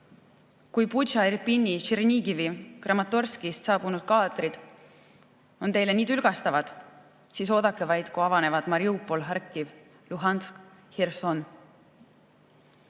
Kui Butšast, Irpinist, Tšernigivist, Kramatorskist pärit kaadrid on teile nii tülgastavad, siis oodake vaid, kui avanevad Mariupol, Harkiv, Luhansk, Herson.